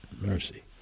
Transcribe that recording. Mercy